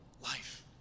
life